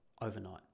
overnight